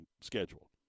schedule